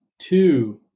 two